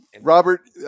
Robert